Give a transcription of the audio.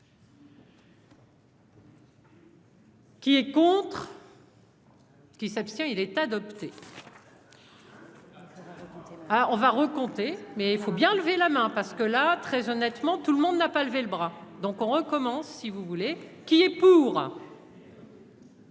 Qui est contre. Qui s'abstient, il est adopté. Ah, on va recompter mais il faut bien lever la main parce que la très honnêtement, tout le monde n'a pas levé le bras donc on recommence, si vous voulez, qui est pour.